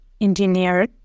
Engineer